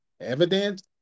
evidence